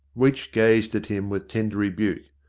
weech gazed at him with tender rebuke.